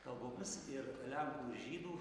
kalbomis ir lenkų ir žydų